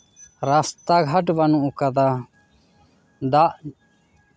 ᱨᱟᱥᱛᱟ ᱜᱷᱟᱴ ᱵᱟᱹᱱᱩᱜ ᱟᱠᱟᱫᱟ ᱫᱟᱜ